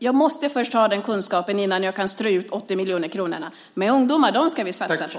Jag måste först ha den kunskapen innan jag kan strö ut de 80 miljoner kronorna. Men ungdomar ska vi satsa på.